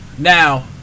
now